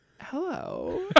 hello